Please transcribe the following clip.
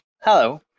Hello